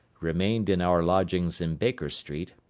remained in our lodgings in baker street,